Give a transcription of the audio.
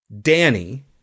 Danny